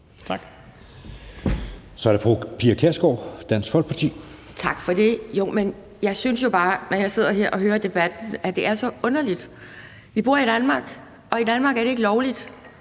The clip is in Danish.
Kl. 16:28 Pia Kjærsgaard (DF): Tak for det. Jeg synes jo bare, når jeg sidder her og hører debatten, at det er så underligt. Vi bor i Danmark, og i Danmark er det ikke lovligt